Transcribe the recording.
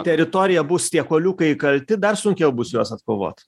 teritoriją bus tie kuoliukai įkalti dar sunkiau bus juos atkovot